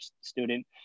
student